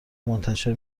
منتشر